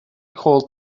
called